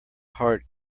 heart